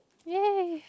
ya